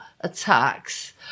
attacks